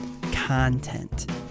content